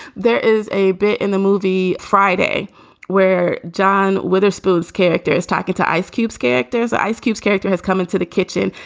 there is a bit in the movie friday where jon witherspoon's character is talking to ice cubes, characters, characters, ice cubes, character has come into the kitchen.